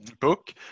book